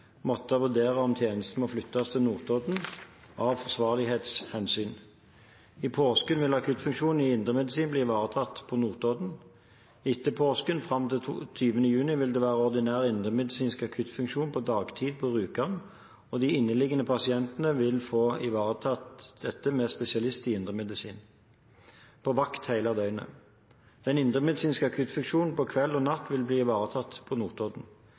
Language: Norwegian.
måtte vurdere om tjenesten må flyttes til Notodden av forsvarlighetshensyn. I påsken vil akuttfunksjonen i indremedisin bli ivaretatt på Notodden. Etter påsken, fram til 20. juni, vil det være ordinær indremedisinsk akuttfunksjon på dagtid på Rjukan, og de inneliggende pasientene vil bli ivaretatt av spesialist i indremedisin på vakt hele døgnet. Den indremedisinske akuttfunksjonen på kveld og natt vil bli ivaretatt på Notodden.